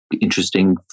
interesting